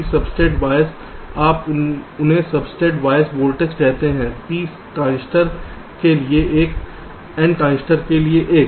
V substrate bias आप उन्हें substrate bias voltage कहते हैं P ट्रांजिस्टर के लिए एक N ट्रांजिस्टर के लिए एक